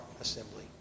assembly